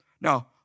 Now